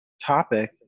topic